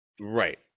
right